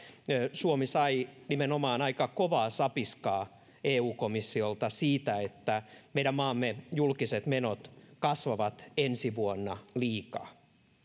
suomi sai nimenomaan aika kovaa sapiskaa eu komissiolta siitä että meidän maamme julkiset menot kasvavat ensi vuonna liikaa